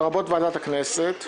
לרבות ועדת הכנסת.